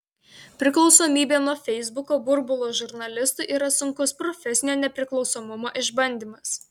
priklausomybė nuo feisbuko burbulo žurnalistui yra sunkus profesinio nepriklausomumo išbandymas